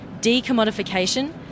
decommodification